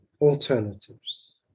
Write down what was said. alternatives